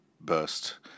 burst